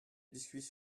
biscuits